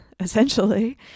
essentially